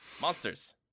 Monsters